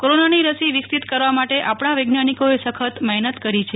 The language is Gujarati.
કોરોનાની રસી વિકસીત કરવા માટે આપણા વૈજ્ઞાનીકીએ સખત મહેનત કરી છે